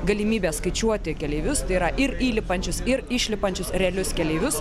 galimybę skaičiuoti keleivius tai yra ir įlipančius ir išlipančius realius keleivius